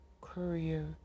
Courier